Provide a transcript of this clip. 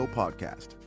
podcast